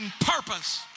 purpose